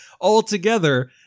altogether